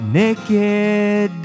naked